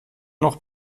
noch